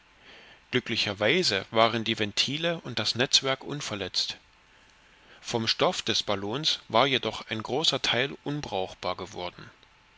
glücklicherweise waren die ventile und das netzwerk unverletzt vom stoff des ballons war jedoch ein großer teil unbrauchbar geworden